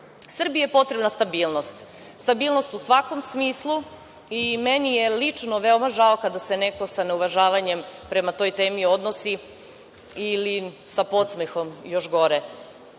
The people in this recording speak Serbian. je potrebna stabilnost. Stabilnost u svakom smislu. Meni je lično veoma žao kada se neko sa neuvažavanjem prema toj temi odnosi ili sa podsmehom, još gore.